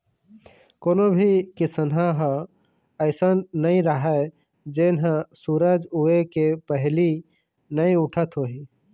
कोनो भी किसनहा ह अइसन नइ राहय जेन ह सूरज उए के पहिली नइ उठत होही